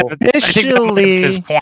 initially